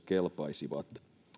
kelpaisivat